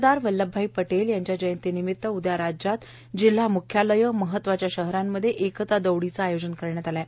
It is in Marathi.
सरदार वल्लभभाई पटेल यांच्या जयंतीनिमित्त उद्या राज्यात जिल्हा मुख्यालयं महत्त्वाच्या शहरांमध्ये एकता दौडचं आयोजन करण्यात आलं आहे